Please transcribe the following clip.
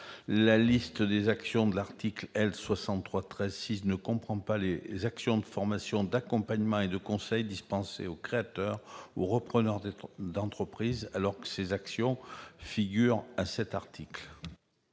La liste des actions de l'article L. 6313-6 ne comprend pas les actions de formation d'accompagnement et de conseil dispensées aux créateurs ou repreneurs d'entreprise, alors que ces actions figurent à l'article